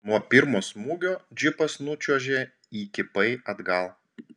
nuo pirmo smūgio džipas nučiuožė įkypai atgal